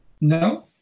No